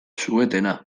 suetena